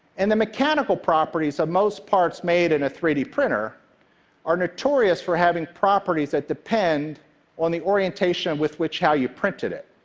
and the mechanical properties of most parts made in a three d printer are notorious for having properties that depend on the orientation with which how you printed it,